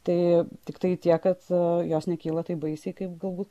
tai tiktai tiek kad jos nekyla taip baisiai kaip galbūt